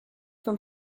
from